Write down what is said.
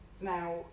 Now